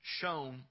shown